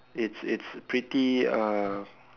it's it's pretty uh